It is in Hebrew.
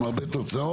עם הרבה תוצאות.